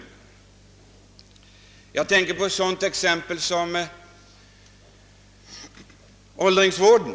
Jag tänker på t.ex. åldringsvården.